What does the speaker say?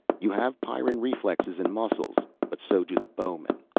you have pyrran reflexes and muscles but so do the bowmen.